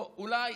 או אולי,